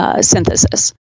synthesis